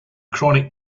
chronic